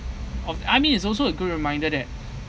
of I mean it's also a good reminder that